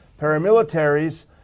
paramilitaries